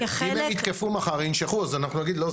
הרי אם הם יתקפו מחר וינשכו אז אנחנו נגיד 'לא,